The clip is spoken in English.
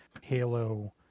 Halo